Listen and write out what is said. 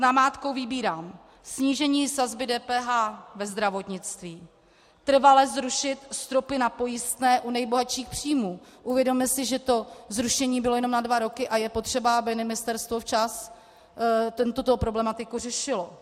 Namátkou vybírám: snížení sazby DPH ve zdravotnictví, trvale zrušit stropy na pojistné u nejbohatších příjmů uvědomme si, že to zrušení bylo jenom na dva roky, a je potřeba, aby ministerstvo včas tuto problematiku řešilo;